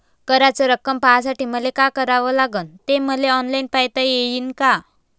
कराच रक्कम पाहासाठी मले का करावं लागन, ते मले ऑनलाईन पायता येईन का?